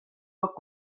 looked